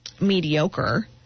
mediocre